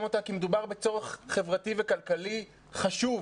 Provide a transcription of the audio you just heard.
אותה כי מדובר בצורך חברתי וכלכלי חשוב,